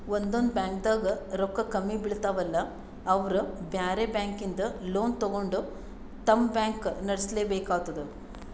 ಒಂದೊಂದ್ ಬ್ಯಾಂಕ್ದಾಗ್ ರೊಕ್ಕ ಕಮ್ಮಿ ಬೀಳ್ತಾವಲಾ ಅವ್ರ್ ಬ್ಯಾರೆ ಬ್ಯಾಂಕಿಂದ್ ಲೋನ್ ತಗೊಂಡ್ ತಮ್ ಬ್ಯಾಂಕ್ ನಡ್ಸಲೆಬೇಕಾತದ್